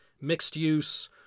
mixed-use